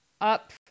up